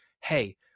hey